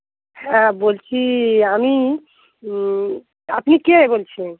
হ্যাঁ বলছি আমি আপনি কে বলছেন